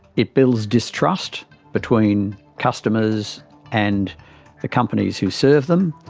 it builds distrust between customers and the companies who serve them.